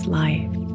life